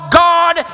god